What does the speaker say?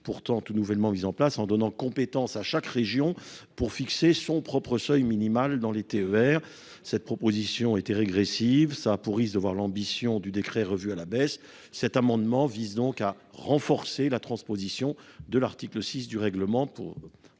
pourtant tout nouvellement mise en place en donnant compétence à chaque région pour fixer son propre seuil minimal dans les TER. Cette proposition était régressive ça pour de voir l'ambition du décret revu à la baisse cet amendement vise donc à renforcer la transposition de l'article 6 du règlement